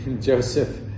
Joseph